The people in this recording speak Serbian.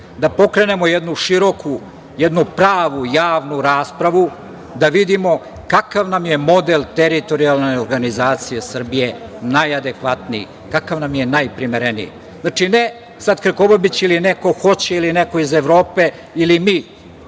da pokrenemo jednu široku, jednu pravu javnu raspravu, da vidimo kakav nam je model teritorijalne organizacije Srbije, najadekvatniji, kakav nam je najprimereniji. Znači, ne sad Krkobabić ili neko hoće ili neko iz Evrope ili mi.